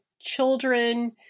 children